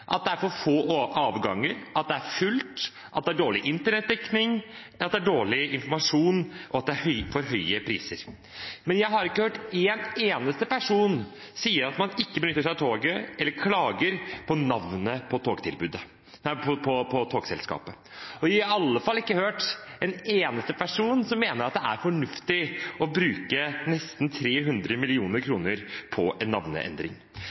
at det er for få avganger, at det er fullt, at det er dårlig internettdekning, at det er dårlig informasjon, og at det er for høye priser. Men jeg har ikke hørt en eneste person som sier at man ikke benytter seg av toget, eller klager på navnet på togselskapet, og i alle fall ikke hørt en eneste person som mener at det er fornuftig å bruke nesten 300 mill. kr på en navneendring.